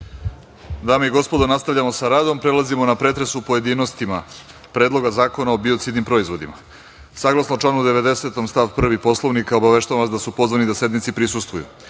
Dame i gospodo, nastavljamo sa radom. Prelazimo na pretres u pojedinostima Predloga zakona o biocidnim proizvodima. Saglasno članu 90. stav 1. Poslovnika, obaveštavam vas da su pozvani da sednici prisustvuju: